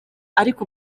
ariko